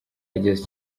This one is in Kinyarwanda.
ageze